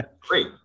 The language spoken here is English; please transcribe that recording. great